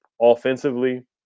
Offensively